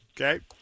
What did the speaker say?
Okay